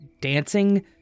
dancing